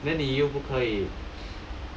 then 你又不可以